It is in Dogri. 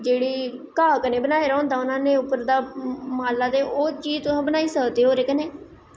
जेह्ड़ी घाह् कन्नै बनाए दा उप्पर तां मतलव के ओह् चीज़ बनाई सकनें ओ तुस ओह्दे कन्नै